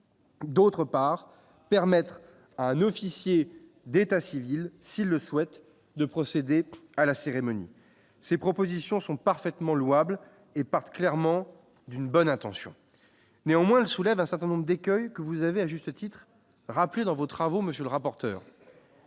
D'autre part, permettre à un officier d'état civil, s'ils le souhaitent, de procéder à la cérémonie, ces propositions sont parfaitement louables et partent clairement d'une bonne intention, néanmoins elle soulève un certain nombre d'écueils que vous avez à juste titre, rappelé dans vos travaux, monsieur le rapporteur.